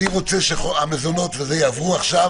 אני רוצה שהמזונות יעברו עכשיו.